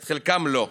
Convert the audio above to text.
את חלקם לא.